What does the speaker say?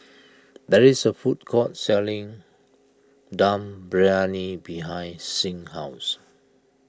there is a food court selling Dum Briyani behind Signe's house